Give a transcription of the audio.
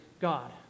God